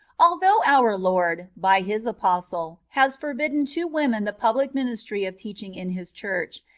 although our lord, by his apostle, has for bidden to women the public ministry of teach ing in his church,